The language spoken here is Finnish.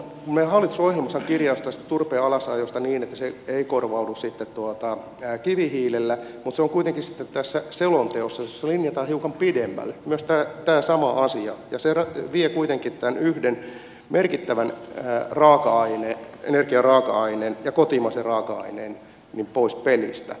meidän hallitusohjelmassa on kirjaus tästä turpeen alasajosta niin että se ei korvaudu sitten kivihiilellä ja myös tämä sama asia on kuitenkin sitten tässä selonteossa jossa linjataan hiukan pidemmälle ja se vie kuitenkin tämän yhden merkittävän energiaraaka aineen kotimaisen raaka aineen pois pelistä